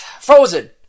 Frozen